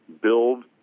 build